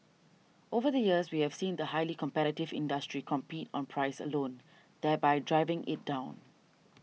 over the years we have seen the highly competitive industry compete on price alone thereby driving it down